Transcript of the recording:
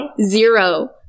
zero